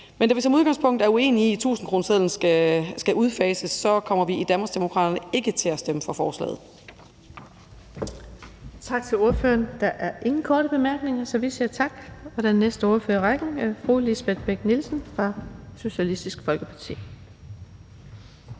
men da vi som udgangspunkt er uenige i, at tusindkronesedlen skal udfases, så kommer vi i Danmarksdemokraterne ikke til at stemme for forslaget.